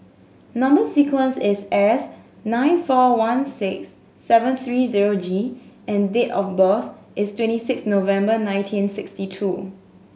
number sequence is S nine four one six seven three zero G and date of birth is twenty six November nineteen sixty two